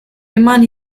eman